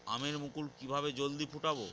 আমের মুকুল কিভাবে জলদি ফুটাব?